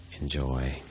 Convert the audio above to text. Enjoy